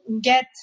get